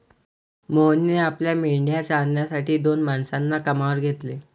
मोहनने आपल्या मेंढ्या चारण्यासाठी दोन माणसांना कामावर घेतले